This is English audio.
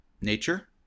nature